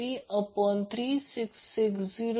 33660 14